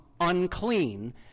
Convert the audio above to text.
unclean